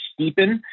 steepen